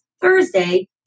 Thursday